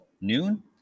noon